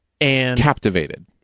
Captivated